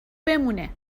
بمانه